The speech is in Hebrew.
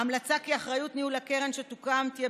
ההמלצה היא כי אחריות ניהול הקרן שתוקם תהיה